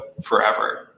forever